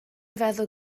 feddw